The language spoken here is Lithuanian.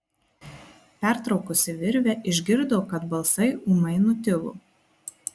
pertraukusi virvę išgirdo kad balsai ūmai nutilo